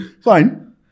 fine